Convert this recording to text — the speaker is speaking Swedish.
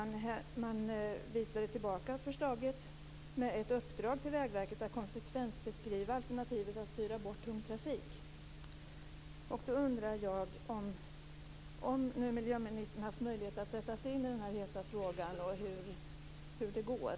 Man tillbakavisade förslaget med ett uppdrag till Vägverket att konsekvensbeskriva alternativet att styra bort tung trafik. Om miljöministern haft möjlighet att sätta sig in i denna heta fråga, undrar jag hur det går.